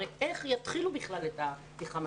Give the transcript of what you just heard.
הרי איך יתחילו בכלל את הפתיחה?